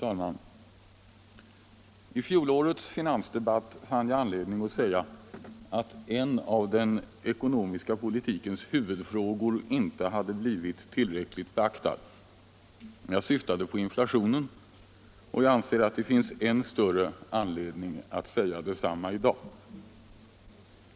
Fru talman! I fjolårets finansdebatt fann jag anledning att säga att en av den ekonomiska politikens huvudfrågor inte hade blivit tillräckligt beaktad. Jag syftade på inflationen, och jag anser att det finns än större anledning att säga detsamma i dag.